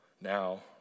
now